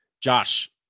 Josh